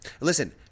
Listen